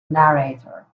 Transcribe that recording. narrator